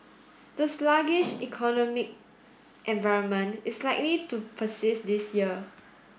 the sluggish economic environment is likely to persist this year